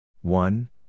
one